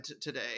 today